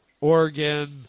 Oregon